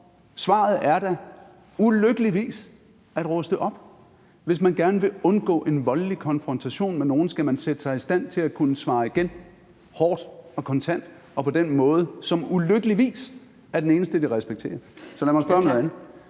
Svaret er da, ulykkeligvis, at ruste op. Hvis man gerne vil undgå en voldelig konfrontation med nogen, skal man sætte sig i stand til at kunne svare igen hårdt og kontant og på den måde, som, ulykkeligvis, er den eneste, de respekterer. Lad mig spørge om noget